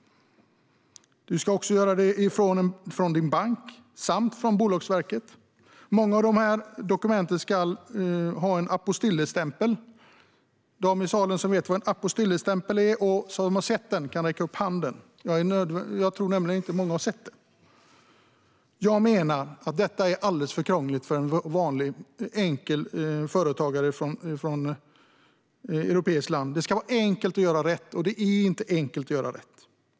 Du ska också göra det från din bank samt från Bolagsverket. Många av de här dokumenten ska ha en apostille-stämpel. De i salen som vet vad en apostille-stämpel är och har sett en sådan kan räcka upp handen. Jag tror nämligen inte att det är så många som har sett en sådan. Jag menar att detta är alldeles för krångligt för en vanlig enkel företagare från ett europeiskt land. Det ska vara enkelt att göra rätt, men det är inte enkelt.